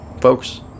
Folks